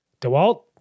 DeWalt